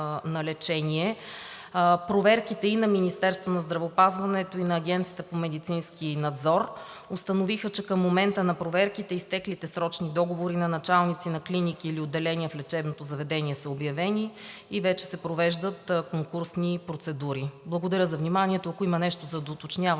Проверките и на Министерството на здравеопазването, и на Агенцията по медицински надзор установиха, че към момента на проверките изтеклите срочни договори на началници на клиники или отделения в лечебното заведение са обявени. Вече се провеждат конкурсни процедури. Благодаря за вниманието. Ако има нещо за доуточняване